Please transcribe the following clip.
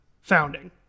founding